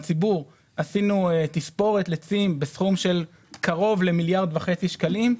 עשתה תספורת לצים בסכום של קרוב למיליארד וחצי שקלים.